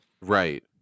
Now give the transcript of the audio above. Right